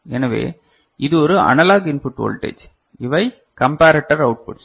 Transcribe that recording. எனவே இது ஒரு அனலாக் இன்புட் வோல்டேஜ் இவை கம்பரட்டர் அவுட்புட்ஸ்